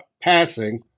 passing